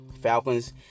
Falcons